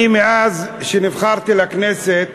מאז שנבחרתי לכנסת